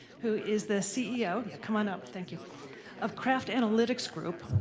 who is the ceo yeah, come on up, thank you of kraft analytics group,